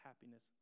happiness